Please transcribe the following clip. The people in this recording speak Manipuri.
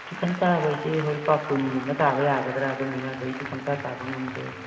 ꯈꯖꯤꯛꯇꯪ ꯇꯥꯕ ꯍꯥꯏꯔꯤꯁꯦ ꯍꯣꯏ ꯂꯨꯄꯥ ꯀꯨꯟꯒꯨꯝꯕ ꯇꯥꯕ ꯌꯥꯒꯗ꯭ꯔꯥ ꯑꯗꯨꯃꯥꯏꯅ ꯑꯗꯨꯗꯒꯤꯗꯤ ꯄꯪꯇꯥ ꯇꯥꯕ ꯉꯝꯗꯦ